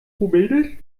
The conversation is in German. rumänisch